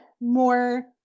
more